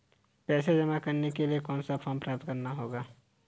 पैसा जमा करने के लिए कौन सा फॉर्म प्राप्त करना होगा?